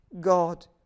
God